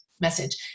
message